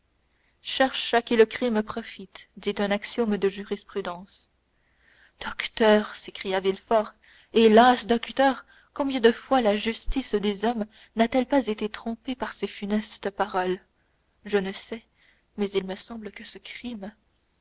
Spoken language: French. cherche à qui le crime profite dit un axiome de jurisprudence docteur s'écria villefort hélas docteur combien de fois la justice des hommes n'a-t-elle pas été trompée par ces funestes paroles je ne sais mais il me semble que ce crime